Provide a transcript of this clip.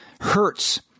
hurts